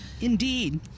indeed